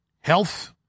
health